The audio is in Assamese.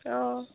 অঁ